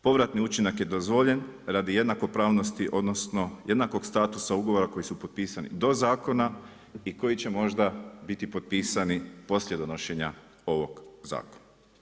Povratni učinak je dozvoljen radi jednakopravnosti, odnosno jednakog statusa ugovora koji su potpisani do zakona i koji će možda biti potpisani poslije donošenja ovog zakona.